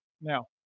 Now